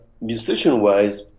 musician-wise